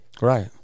Right